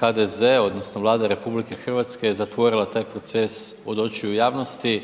HDZ odnosno Vlada RH je zatvorila taj proces od očiju javnosti